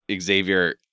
Xavier